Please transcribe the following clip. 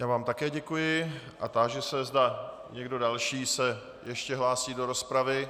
Já vám také děkuji a táži se, zda někdo další se ještě hlásí do rozpravy.